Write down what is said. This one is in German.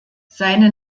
seine